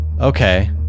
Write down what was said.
Okay